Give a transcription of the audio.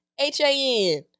H-A-N